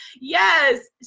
Yes